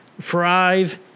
fries